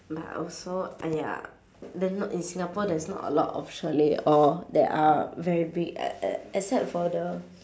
but also !aiya! then not in singapore there's not a lot of chalet all that are very big e~ e~ except for the